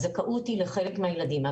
הזכאות היא לחלק מהתלמידים.